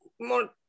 more